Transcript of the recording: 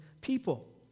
people